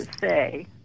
say